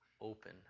open